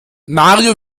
mario